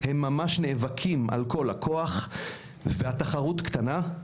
הם ממש נאבקים על כל לקוח והתחרות קטנה.